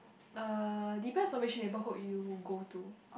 uh depends on which neighbourhood you go to